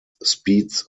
speeds